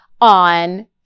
on